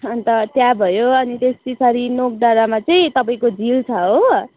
अन्त त्यहाँ भयो अनि त्यस पछाडि नोकडाँडामा चाहिँ तपाईँको झिल छ हो